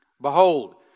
Behold